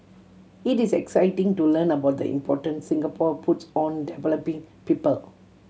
it is exciting to learn about the importance Singapore puts on developing people